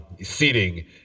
seating